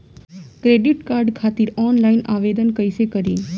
Credit card खातिर online आवेदन कइसे करि?